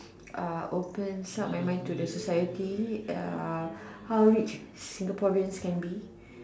uh opens up my mind to the society uh how rich Singaporeans can be